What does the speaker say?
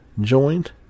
joined